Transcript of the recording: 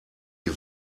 die